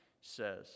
says